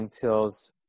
feels